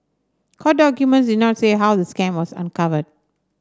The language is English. court documents did not say how the scam was uncovered